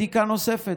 בדיקה נוספת,